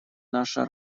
наша